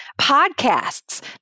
Podcasts